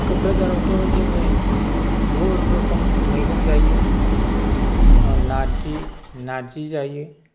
क'क्राझारावथ' जोङो बुहुद रोखोम मैगं जायो नारजि नारजि जायो